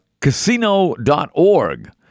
Casino.org